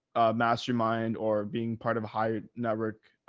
mastermind or being part of a higher network,